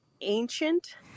ancient